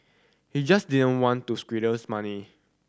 he just didn't want to squanders money